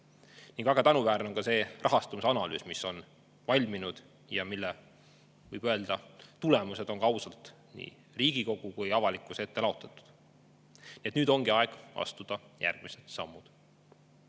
Ning väga tänuväärne on ka see rahastamise analüüs, mis on valminud ja mille, võib öelda, tulemused on ausalt nii Riigikogu kui ka avalikkuse ette laotatud. Nüüd ongi aeg astuda järgmised sammud. Head